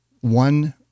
one